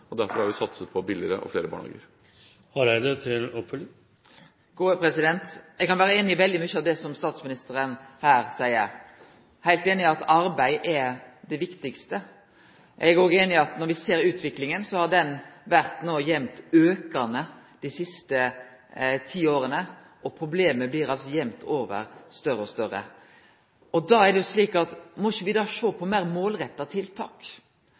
Derfor har vi satset på billigere og flere barnehager. Eg kan vere einig i veldig mykje av det som statsministeren her seier. Eg er heilt einig i at arbeid er det viktigaste. Eg er òg einig i at når me ser utviklinga, har ho no vore jamt aukande dei siste ti åra. Problemet blir altså jamt over større og større. Må me ikkje da sjå på meir målretta tiltak? Da statsminister Bondevik gjekk av i 2005, sa han at